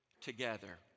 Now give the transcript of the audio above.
Together